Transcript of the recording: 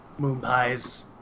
Moonpies